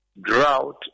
drought